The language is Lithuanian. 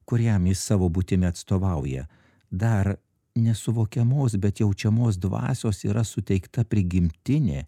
kuriam jis savo būtimi atstovauja dar nesuvokiamos bet jaučiamos dvasios yra suteikta prigimtinė